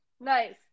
nice